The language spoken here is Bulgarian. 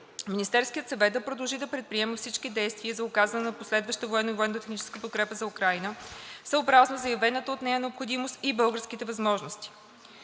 „Министерският съвет да продължи да предприема всички действия за оказване на последваща военна и военно-техническа подкрепа на Украйна съобразно заявената от нея необходимост и българските възможности“.